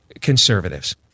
conservatives